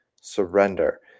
Surrender